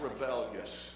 rebellious